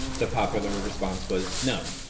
the popular response was no.